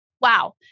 wow